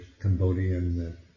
Cambodian